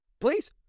Please